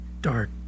Dark